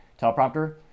teleprompter